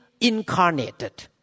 incarnated